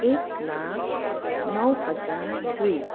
एक लाख नौ हजार दुई